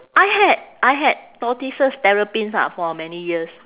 I had I had tortoises terrapins ah for many years